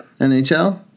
NHL